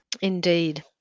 indeed